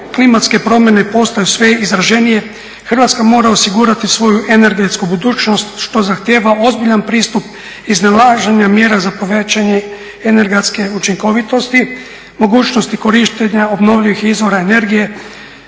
Hrvatska mora osigurati svoju energetsku budućnost što zahtijeva ozbiljan pristup iznalaženja mjera za povećanje energetske učinkovitosti, mogućnosti korištenja obnovljivih izvora energije,